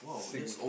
sing